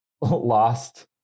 lost